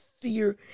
fear